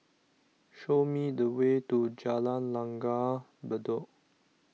show me the way to Jalan Langgar Bedok